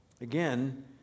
Again